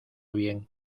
bien